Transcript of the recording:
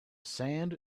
sand